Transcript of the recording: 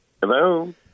Hello